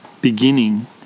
beginning